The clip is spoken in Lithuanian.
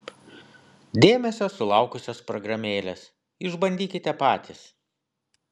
dėmesio sulaukusios programėlės išbandykite patys